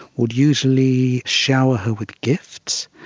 would usually shower her with gifts,